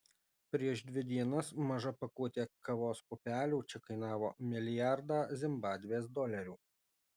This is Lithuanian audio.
prieš dvi dienas maža pakuotė kavos pupelių čia kainavo milijardą zimbabvės dolerių